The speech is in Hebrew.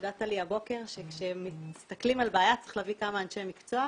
חידדת לי הבוקר שכשמסתכלים על בעיה צריך להביא כמה אנשי מקצוע,